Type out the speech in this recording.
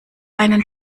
einen